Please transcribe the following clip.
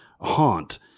haunt